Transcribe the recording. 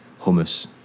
hummus